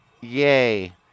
Yay